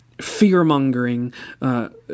fear-mongering